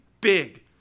big